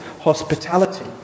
hospitality